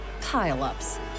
pile-ups